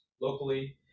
locally